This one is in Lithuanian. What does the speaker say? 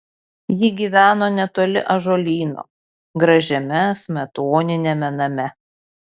ji gyveno netoli ąžuolyno gražiame smetoniniame name